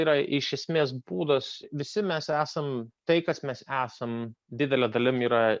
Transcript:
yra iš esmės būdas visi mes esam tai kas mes esam didele dalim yra